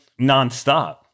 nonstop